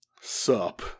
sup